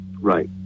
Right